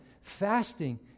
fasting